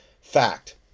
Fact